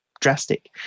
drastic